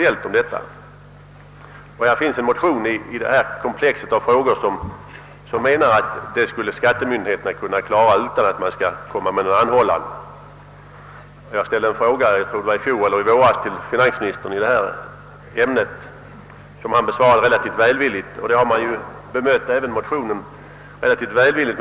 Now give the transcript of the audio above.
I det nu behandlade frågekomplexet finns också en motion, i vilket det förfäktas att skattemyndigheterna skulle kunna klara ut denna sak utan att den skattskyldige är tvungen att anhålla om det. I fjol eller i våras ställde jag en fråga till finansministern i detta ämne, och den besvarades relativt välvilligt. Även den nämnda motionen har blivit ganska välvilligt bemött.